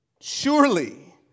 surely